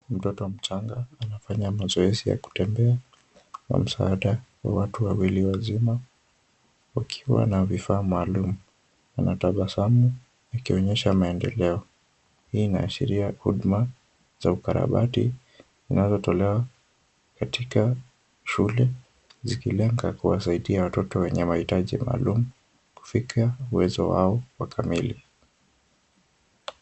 Mtoto mchanga, anafanya mazoezi ya kutembea kwa msaada wa watu wawili wazima wakiwa na vifaa maalum, anatabasamu akionyesha maendeleo. Hii inaashiria huduma za ukarabati zinazotolewa katika shule, zikilenga kuwasaidia watoto wenye mahitaji maalum kufikia uwezo wao wa kamili.